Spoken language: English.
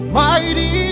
mighty